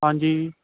ਹਾਂਜੀ